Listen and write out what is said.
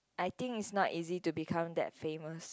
I think it's not easy to become that famous